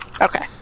Okay